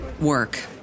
work